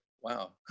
wow